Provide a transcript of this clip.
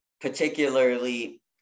particularly